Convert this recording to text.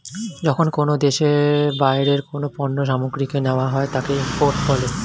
যখন কোনো দেশে বাইরের কোনো পণ্য সামগ্রীকে নেওয়া হয় তাকে ইম্পোর্ট বলে